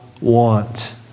want